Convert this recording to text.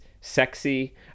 sexy